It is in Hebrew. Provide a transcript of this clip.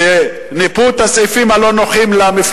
"חאווה" מי שנותן אותה הוא מושחת,